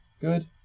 Good